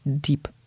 deep